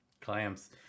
Clams